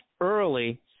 early